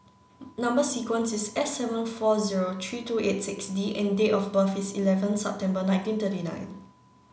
number sequence is S seven four zero three two eight six D and date of birth is eleven September nineteen thirty nine